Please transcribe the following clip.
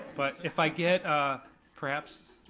but if i get perhaps,